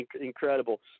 incredible